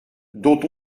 dont